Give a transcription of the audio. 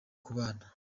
kubana